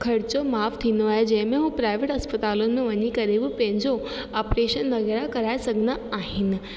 खर्चो माफ़ थींदो आहे जंहिंमें उहे प्राइवेट अस्पतालुनि में वञी करे उहे पंहिंजो ऑपरेशन वग़ैरह कराए सघंदा आहिनि